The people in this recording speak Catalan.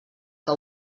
que